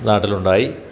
നാട്ടിലുണ്ടായി